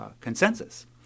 consensus